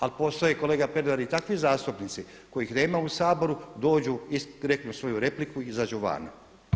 Ali postoje kolega Pernar i takvi zastupnici kojih nema u Saboru, dođu, reknu svoju repliku i izađu van.